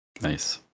Nice